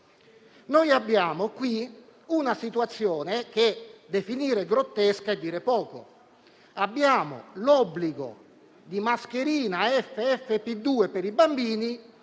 Abbiamo una situazione che definire grottesca è dire poco. Abbiamo l'obbligo di mascherina FFP2 per i bambini,